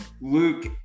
Luke